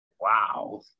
Wow